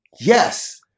Yes